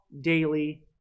daily